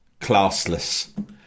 classless